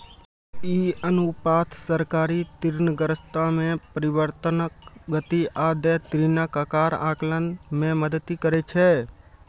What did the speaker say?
ई अनुपात सरकारी ऋणग्रस्तता मे परिवर्तनक गति आ देय ऋणक आकार आकलन मे मदति करै छै